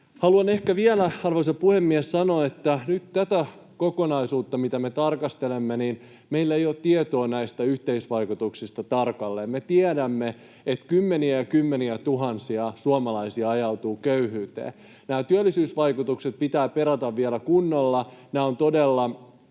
Haluan ehkä vielä, arvoisa puhemies, sanoa, että nyt tästä kokonaisuudesta, mitä me tarkastelemme, meillä ei ole tarkalleen tietoa yhteisvaikutuksista. Me tiedämme, että kymmeniä- ja kymmeniätuhansia suomalaisia ajautuu köyhyyteen. Nämä työllisyysvaikutukset pitää perata vielä kunnolla. Nämä ovat todella